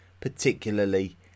particularly